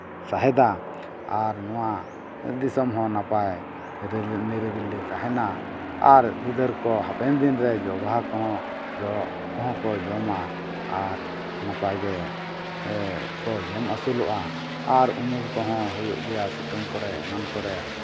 ᱥᱟᱸᱦᱮᱫᱟ ᱟᱨ ᱱᱚᱣᱟ ᱫᱤᱥᱚᱢ ᱦᱚᱸ ᱱᱟᱯᱟᱭ ᱱᱤᱨᱤᱵᱤᱞᱤ ᱛᱟᱦᱮᱱᱟ ᱟᱨ ᱜᱤᱫᱟᱹᱨ ᱠᱚ ᱦᱟᱯᱮᱱ ᱫᱤᱱᱨᱮ ᱡᱚ ᱵᱟᱦᱟ ᱠᱚᱦᱚᱸ ᱡᱚ ᱠᱚᱦᱚᱸ ᱠᱚ ᱡᱚᱢᱟ ᱟᱨ ᱱᱟᱯᱟᱭᱜᱮ ᱠᱚ ᱡᱚᱢ ᱟᱹᱥᱩᱞᱚᱜᱼᱟ ᱟᱨ ᱩᱢᱩᱞ ᱠᱚᱦᱚᱸ ᱦᱩᱭᱩᱜ ᱜᱮᱭᱟ ᱥᱤᱛᱩᱝ ᱠᱚᱨᱮ ᱮᱢᱟᱱ ᱠᱚᱨᱮ